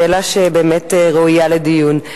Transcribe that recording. שאלה שבאמת ראויה לדיון.